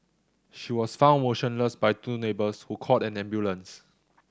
she was found motionless by two neighbours who called an ambulance